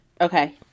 Okay